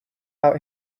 out